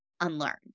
unlearned